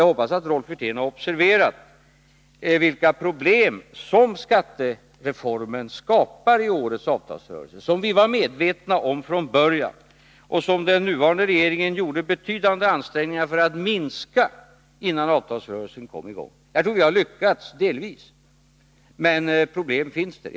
Jag hoppas att Rolf Wirtén har observerat vilka problem som skattereformen skapar i årets avtalsrörelse, problem som vi var medvetna om från början och som den nuvarande regeringen gjorde betydande ansträngningar för att minska innan avtalsrörelsen kom i gång. Jag tror att vi delvis har lyckats, men problem finns det.